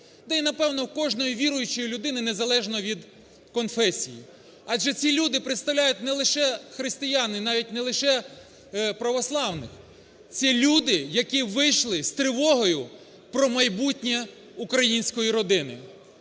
та й, напевно, кожної віруючої людини, незалежно від конфесії. Адже ці люди представляють не лише християн і навіть не лише православних, ці люди, які вийшли з тривогою про майбутнє української родини,